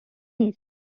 نیست